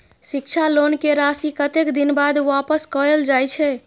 शिक्षा लोन के राशी कतेक दिन बाद वापस कायल जाय छै?